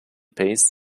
pays